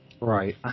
right